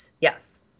Yes